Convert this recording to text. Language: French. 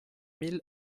mille